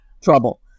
trouble